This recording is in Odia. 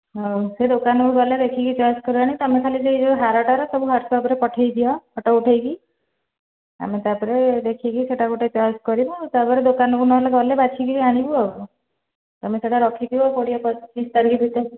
ହଉ ସେ ଦୋକାନକୁ ଗଲେ ଦେଖିକି ଚଏସ୍ କରିବା ତୁମେ ଖାଲି ସେ ହାରଟାର ସବୁ ହ୍ଵାଟ୍ସଆପ୍ରେ ପଠାଇଦିଅ ଫୋଟୋ ଉଠାଇକି ଆମେ ତା'ପରେ ଦେଖିକି ସେଟା ଗୋଟେ ଚଏସ୍ କରିବୁ ଆଉ ତା'ପରେ ଦୋକାନକୁ ନହେଲେ ଗଲେ ବାଛିକି ଆଣିବୁ ଆଉ ତୁମେ ସେଟା ରଖିଥିବ କୋଡ଼ିଏ ପଚିଶି ତାରିଖ ଭିତରେ